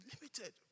limited